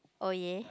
oh ya